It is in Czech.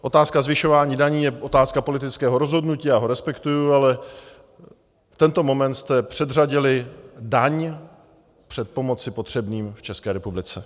Otázka zvyšování daní je otázka politického rozhodnutí, já ho respektuji, ale v tento moment jste předřadili daň před pomocí potřebným v České republice.